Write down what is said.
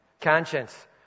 Conscience